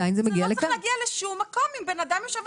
אני חושבת שזה המצב אבל אני גם מבינה שאנחנו גם לא